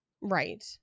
Right